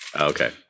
Okay